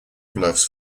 bluffs